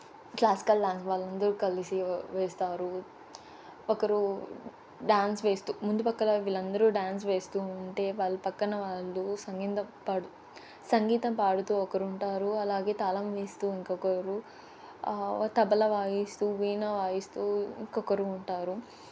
classical dance వాళ్ళందరూ కలిసి వేస్తారు ఒకరు డ్యాన్స్ వేస్తూ ముందుపక్కల వీళ్ళందరూ డ్యాన్స్ వేస్తూ ఉంటే వాళ్ళ పక్కన వాళ్ళు సంగీతం పాడు సంగీతం పాడుతూ ఒకరుంటారు అలాగే తాళం వేస్తూ ఇంకొకరు తబల వాయిస్తూ వీణ వాయిస్తూ ఇంకొకరు ఉంటారు